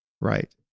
right